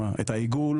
את העיגול